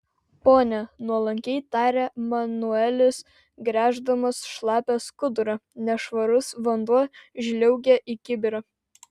pone nuolankiai tarė manuelis gręždamas šlapią skudurą nešvarus vanduo žliaugė į kibirą